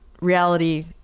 reality